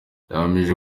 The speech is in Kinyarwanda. yahamije